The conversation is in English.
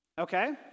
Okay